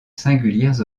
singulières